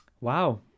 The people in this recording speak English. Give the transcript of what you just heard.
wow